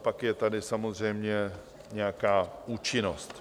Pak je tady samozřejmě nějaká účinnost.